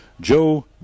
Joe